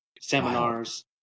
seminars